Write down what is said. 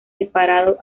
separado